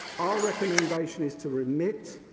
ah recommendation is to remit,